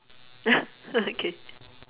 okay